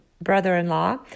brother-in-law